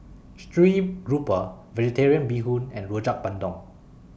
Stream Grouper Vegetarian Bee Hoon and Rojak Bandung